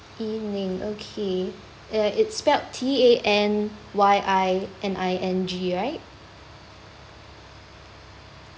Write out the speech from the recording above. yi-ning okay uh it's spelled T A N Y I N I N G right